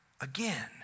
again